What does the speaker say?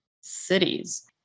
cities